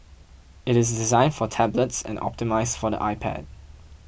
it is designed for tablets and optimised for the iPad